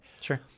Sure